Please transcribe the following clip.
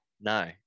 No